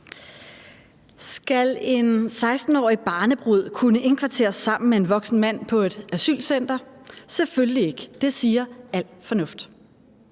»Skal en 16-årig barnebrud kunne indkvarteres sammen med en voksen mand på et asylcenter? Selvfølgelig ikke – det siger al sund fornuft.«